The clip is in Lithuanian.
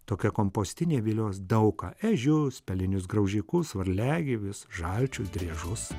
tokia kompostinė vilios daug ką ežius pelinius graužikus varliagyvius žalčius driežus